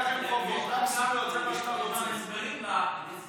אין לכם חובות, רק זכויות, זה מה שאתה רוצה.